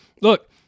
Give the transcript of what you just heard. look